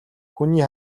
хүний